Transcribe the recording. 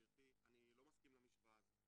גברתי, אני לא מסכים למשוואה הזו.